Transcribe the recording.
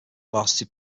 varsity